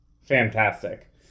Fantastic